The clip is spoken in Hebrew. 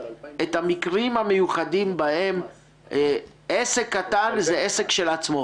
המקרים המיוחדים שבהם עסק קטן זה עסק של עצמו.